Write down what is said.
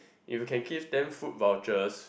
if you can give them food vouchers